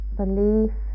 belief